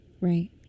Right